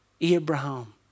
Abraham